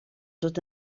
dod